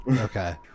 Okay